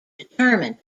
determined